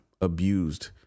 abused